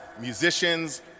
musicians